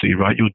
right